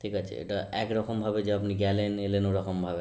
ঠিক আছে এটা এক রকমভাবে যে আপনি গেলেন এলেন ওরকমভাবে নয়